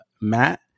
matt